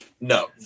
No